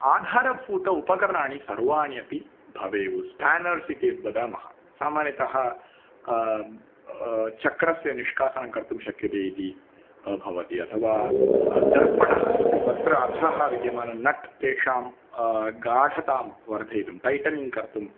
आधारभूत उपकरणानि सर्वाणि अपि भवेयुः स्फानर्स् इति यद्वदामः सामान्यतः चक्रस्य निष्कासनं कर्तुं शक्यते इति भवति अथवा दर्पणः अस्ति तत्र अधः विद्यमानं नट् तेषां गाढतां वर्धयितुं टैट्निङ् कर्तुं